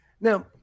Now